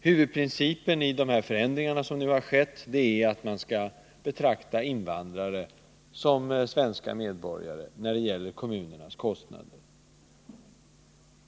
Huvudprincipen bakom de förändringar som nu har skett är att man när det gäller kommunernas kostnader skall likställa invandrare med svenska medborgare.